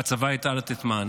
והצבא ידע לתת מענה.